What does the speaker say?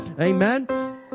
Amen